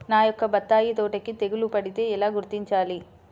నా యొక్క బత్తాయి తోటకి తెగులు పడితే ఎలా గుర్తించాలి?